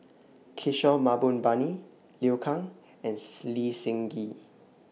Kishore Mahbubani Liu Kang and Lee Seng Gee